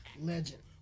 Legend